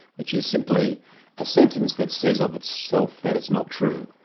which is simply a sentence that says of itself that it's not true.